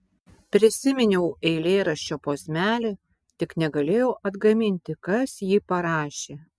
prisiminiau eilėraščio posmelį tik negalėjau atgaminti kas jį parašė